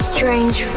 Strange